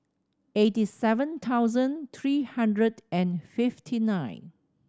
eighty seven thousand three hundred and fifty nine